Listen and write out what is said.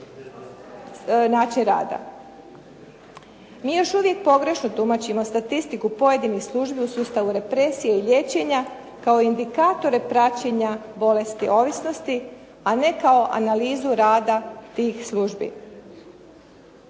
Mi još uvijek pogrešno tumačimo statistiku pojedinih službi u sustavu represije i liječenja, kao indikatore praćenja bolesti ovisnosti a ne kao analizu rada tih službi.